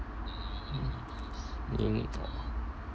you need more